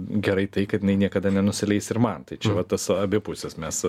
gerai tai kad jinai niekada nenusileis ir man tai čia va tas abipusis mes